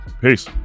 peace